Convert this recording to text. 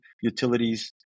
Utilities